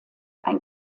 ein